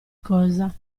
cosa